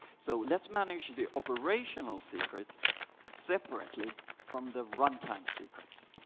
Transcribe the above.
so let's manage the operational secrets separately from the runtime secrets.